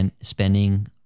spending